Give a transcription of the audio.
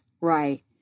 right